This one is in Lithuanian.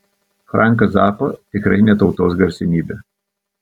franką zappą tikrai ne tautos garsenybę